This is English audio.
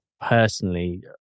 personally